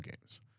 games